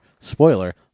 Spoiler